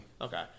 Okay